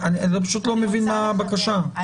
אני פשוט לא מבין מה הבקשה, מה ההצעה?